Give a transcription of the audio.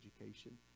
education